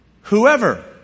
whoever